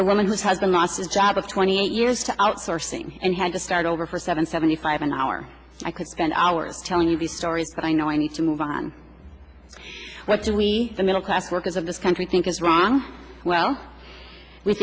the woman whose husband lost his job of twenty years to outsourcing and had to start over for seven seventy five an hour i could spend hours telling you these stories but i know i need to move on what do we the middle class workers of this country think is wrong well we